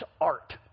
art